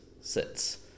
sits